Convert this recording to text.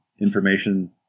information